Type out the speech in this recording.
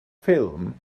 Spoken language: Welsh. ffilm